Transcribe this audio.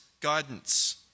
guidance